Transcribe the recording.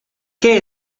qué